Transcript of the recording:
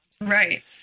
Right